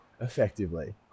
effectively